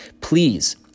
please